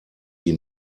sie